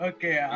Okay